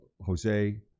Jose